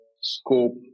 scope